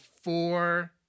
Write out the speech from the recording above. four